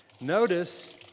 notice